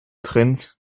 trends